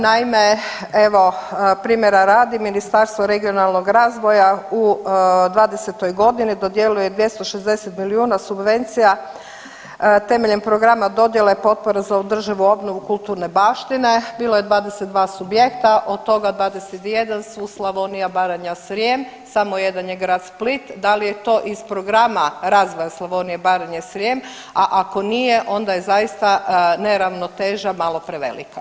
Naime, evo primjera radi Ministarstvo regionalnog razvoja u '20. godini dodjeljuje 260 milijuna subvencija temeljem programa dodjele potpora za održivu obnovu kulturne baštine, bilo je 22 subjekta od toga 21 su Slavonija, Baranja, Srijem, samo jedan je grad Split, da li je to iz programa razvoja Slavonije, Baranja, Srijem, a ako nije onda je zaista neravnoteža malo prevelika.